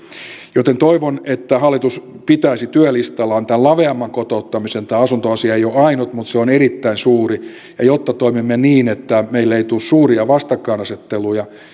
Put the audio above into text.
joten toivon että hallitus pitäisi työlistallaan tämän laveamman kotouttamisen tämä asuntoasia ei ole ainut mutta se on erittäin suuri jotta toimimme niin että meille ei tule suuria vastakkainasetteluja